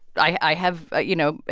i have you know,